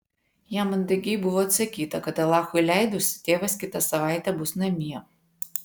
jam mandagiai buvo atsakyta kad alachui leidus tėvas kitą savaitę bus namie